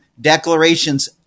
declarations